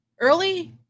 early